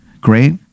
great